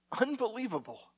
Unbelievable